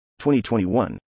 2021